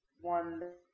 one